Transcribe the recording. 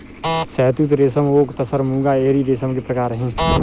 शहतूत रेशम ओक तसर मूंगा एरी रेशम के प्रकार है